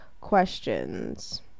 questions